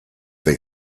they